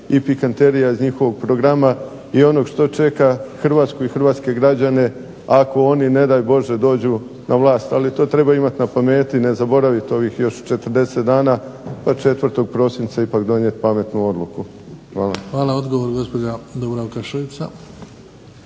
i pikanterija iz njihovog programa i onog što čeka Hrvatsku i hrvatske građane ako oni ne daj Bože dođu na vlast. Ali, to treba imati na pameti ne zaboraviti ovih još 40 dana pa 4. prosinca ipak donijeti pametnu odluku. Hvala. **Bebić, Luka (HDZ)** Hvala. Odgovor, gospođa Dubravka Šuica.